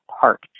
park